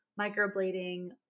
microblading